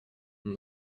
and